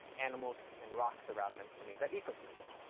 animals, and rocks around them to make that ecosystem.